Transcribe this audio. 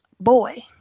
boy